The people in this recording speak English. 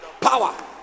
Power